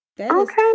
okay